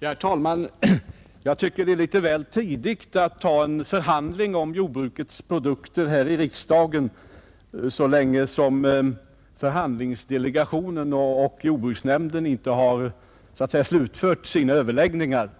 Herr talman! Jag tycker det är litet väl tidigt att ta en förhandling om priserna på jordbrukets produkter här i riksdagen så länge förhandlingsdelegationen och jordbruksnämnden inte har slutfört sina överläggningar.